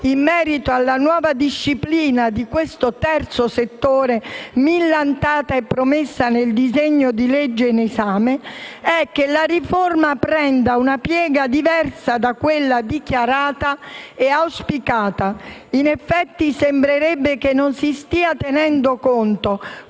in merito alla nuova disciplina del terzo settore, millantata e promessa nel disegno di legge in esame, è che la riforma prenda una piega diversa da quella dichiarata e auspicata. In effetti sembrerebbe che non si stia tenendo conto